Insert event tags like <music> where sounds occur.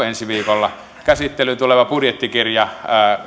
<unintelligible> ensi viikolla käsittelyyn tuleva budjettikirja